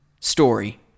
story